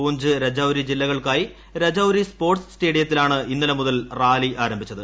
പൂഞ്ച് രജൌരി ജില്ലകൾക്കായി രജൌരി സ്പോർട്സ് സ്റ്റേഡ്ടിയത്തിലാണ് ഇന്നലെ മുതൽ റാലി ആരംഭിച്ചത്